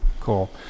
cool